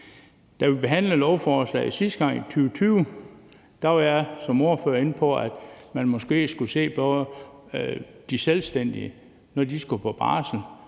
Da vi behandlede lovforslaget sidste gang i 2020, var jeg som ordfører inde på, at man måske skulle se på at lave det hele om til, at de selvstændige, når de skulle på barsel,